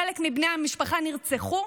חלק מבני המשפחה נרצחו,